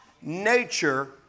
nature